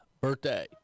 birthday